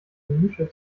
nische